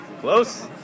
Close